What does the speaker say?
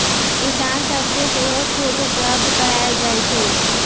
किसान सभके सेहो छुट उपलब्ध करायल जाइ छइ